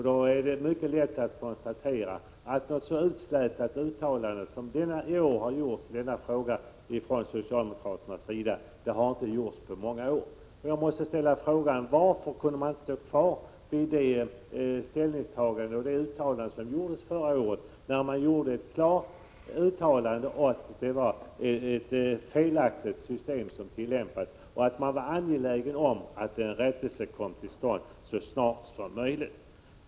Då är det mycket lätt att konstatera att något så utslätat uttalande som det som gjorts i år från socialdemokraternas sida inte har gjorts på många år. Jag måste ställa frågan: Varför kunde man inte stå fast vid det ställningstagande och det uttalande som gjordes förra året? Då hade man ett klart uttalande om att det var ett — Prot. 1986/87:94 | felaktigt system som tillämpades, och att man var angelägen om att en 25 mars 1987 rättelse kom till stånd så snart som möjligt.